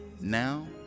now